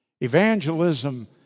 Evangelism